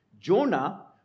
Jonah